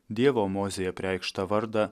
dievo mozei apreikštą vardą